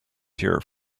here